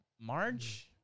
March